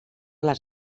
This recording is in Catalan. les